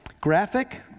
graphic